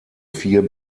vier